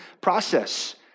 process